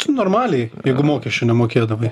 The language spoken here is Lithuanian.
tai normaliai jeigu mokesčių nemokėdavai